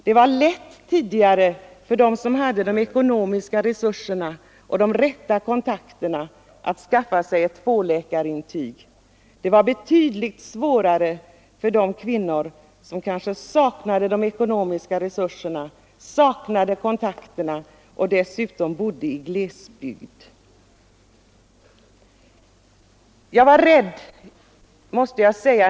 Det var tidigare lätt för dem som hade de ekonomiska resurserna och de rätta kontakterna att skaffa sig ett tvåläkarintyg. Det var betydligt svårare för de kvinnor som saknade de ekonomiska resurserna och de rätta kontakterna och kanske dessutom bodde i glesbygd.